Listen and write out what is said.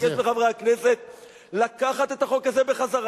לכן אני מבקש מחברי הכנסת לקחת את החוק הזה בחזרה,